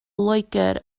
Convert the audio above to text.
loegr